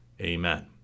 Amen